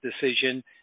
decision